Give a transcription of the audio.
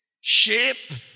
shape